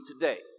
today